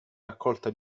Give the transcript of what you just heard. raccolta